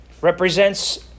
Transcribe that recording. represents